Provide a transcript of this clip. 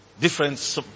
different